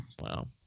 Wow